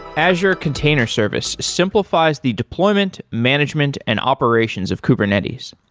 azure container service simplifies the deployment, management and operations of kubernetes.